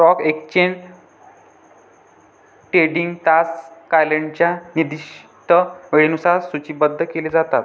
stock exchange trading तास क्लायंटच्या निर्दिष्ट वेळेनुसार सूचीबद्ध केले जातात